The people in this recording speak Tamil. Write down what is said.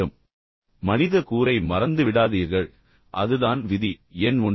எனவே மனித கூறை மறந்துவிடாதீர்கள் அதுதான் விதி எண் ஒன்று